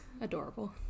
adorable